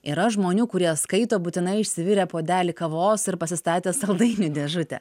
yra žmonių kurie skaito būtinai išsivirę puodelį kavos ir pasistatęs saldainių dėžutę